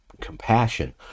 compassion